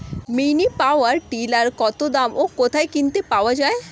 Mini power tiller কত দাম ও কোথায় কিনতে পাওয়া যায়?